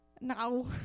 No